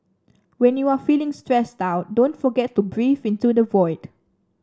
when you are feeling stressed out don't forget to breathe into the void